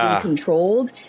controlled